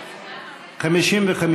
לסעיף 1 לא נתקבלה.